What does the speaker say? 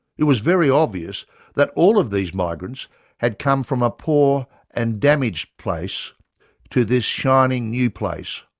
it was very obvious that all of these migrants had come from a poor and damaged place to this shining new place,